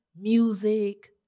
Music